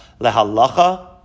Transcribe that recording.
lehalacha